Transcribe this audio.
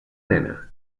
nena